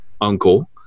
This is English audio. uncle